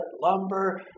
lumber